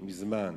מזמן.